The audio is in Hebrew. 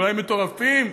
אולי מטורפים,